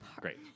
Great